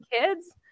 kids